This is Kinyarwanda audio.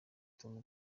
tom